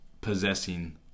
possessing